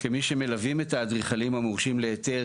כמי שמלווים את האדריכלים המורשים להיתר,